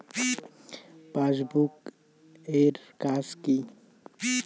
Passbook এর কাজ কি?